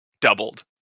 doubled